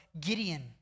Gideon